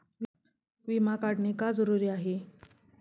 विमा काढणे का जरुरी आहे?